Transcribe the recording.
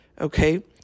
okay